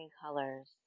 colors